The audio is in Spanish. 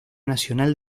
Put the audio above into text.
nacional